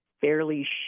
fairly